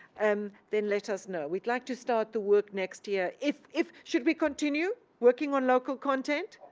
um then let us know. we'd like to start the work next year if if should we continue working on local content?